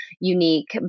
Unique